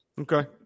Okay